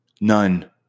None